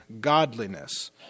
godliness